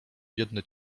biedne